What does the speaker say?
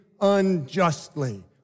unjustly